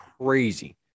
crazy